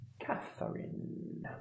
Catherine